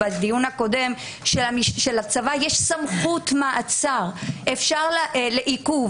שלצבא יש סמכות עיכוב.